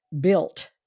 built